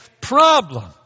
problem